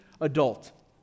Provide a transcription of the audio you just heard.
adult